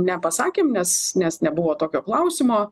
nepasakėm nes nes nebuvo tokio klausimo